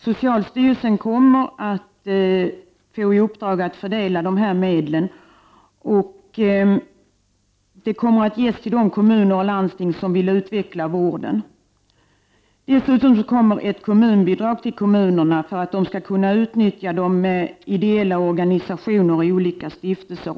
Socialstyrelsen kommer att få i uppdrag att fördela dessa medel, och det kommer att ges till de kommuner och landsting som vill utveckla vården. Dessutom kommer ett kommunbidrag till kommunerna, för att de skall kunna utnyttja ideella organisationer och olika stiftelser.